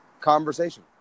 conversation